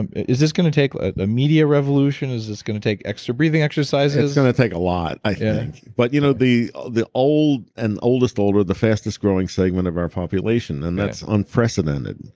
and is this going to take a media revolution? is this going to take extra breathing exercises? it's going to take a lot, i think. but you know the the old and oldest old are of the fastest growing segment of our population, and that's unprecedented.